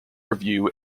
review